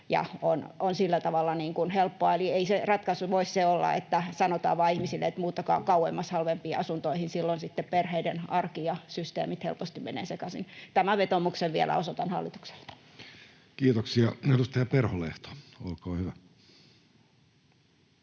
on sillä tavalla helppoa. Eli ei ratkaisu voi olla se, että sanotaan vaan ihmisille, että muuttakaa kauemmas halvempiin asuntoihin. Silloin sitten perheiden arki ja systeemit helposti menevät sekaisin. Tämän vetoomuksen vielä osoitan hallitukselle. [Speech 74] Speaker: Jussi Halla-aho